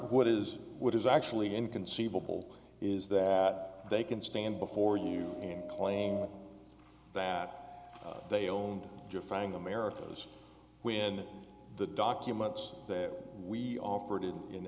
what is what is actually inconceivable is that they can stand before you and claim that they own defying america was when the documents that we offered in